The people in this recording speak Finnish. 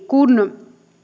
kun